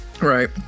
Right